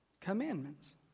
commandments